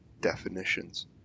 definitions